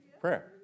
Prayer